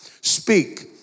Speak